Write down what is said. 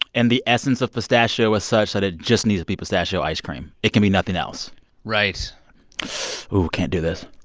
and the essence of pistachio is such that it just needs to be pistachio ice cream. it can be nothing else right ooh, can't do this